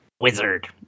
wizard